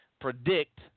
predict